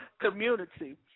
community